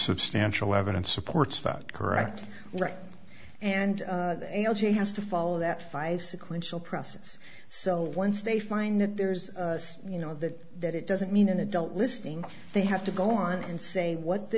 substantial evidence supports that correct right and he has to follow that five sequential process so once they find that there's you know that that it doesn't mean an adult listening they have to go on and say what the